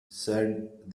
said